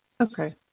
Okay